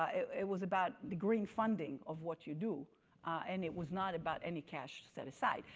it was about the green funding of what you do and it was not about any cash set aside.